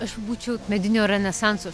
aš būčiau medinio renesanso